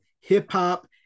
hip-hop